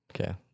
okay